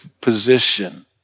position